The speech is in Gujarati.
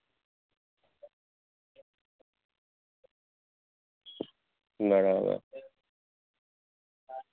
બરાબર